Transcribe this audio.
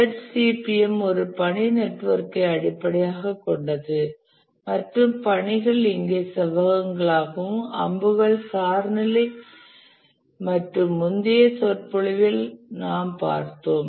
PERT CPM ஒரு பணி நெட்வொர்க்கை அடிப்படையாகக் கொண்டது மற்றும் பணிகள் இங்கே செவ்வகங்களாகவும் அம்புகள் சார்புநிலை என்றும் முந்தைய சொற்பொழிவில் நாம் பார்த்தோம்